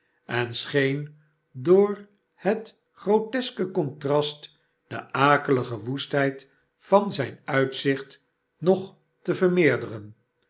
en scheen door het groteske contrast de akelige woestheid van zijn uitzicht nog te vermeerderen